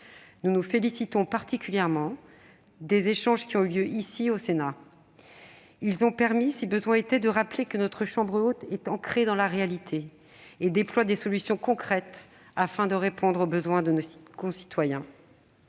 Nous nous félicitons particulièrement des échanges qui ont eu lieu au Sénat. Ils ont permis de rappeler, si besoin était, que la Haute Assemblée est ancrée dans la réalité et déploie des solutions concrètes afin de répondre aux besoins des citoyens.